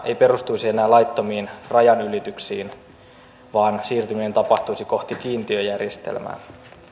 ei perustuisi enää laittomiin rajanylityksiin vaan siirtyminen tapahtuisi kohti kiintiöjärjestelmää